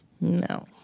No